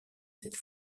cette